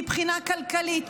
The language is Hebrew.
מבחינה כלכלית,